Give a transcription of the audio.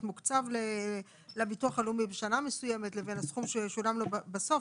מוקצב לביטוח הלאומי בשנה מסוימת לבין הסכום ששולם לו בסוף.